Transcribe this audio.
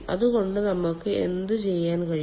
അതുകൊണ്ട് നമുക്ക് എന്തുചെയ്യാൻ കഴിയും